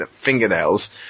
fingernails